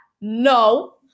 No